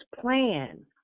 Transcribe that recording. plan